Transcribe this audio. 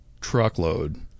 truckload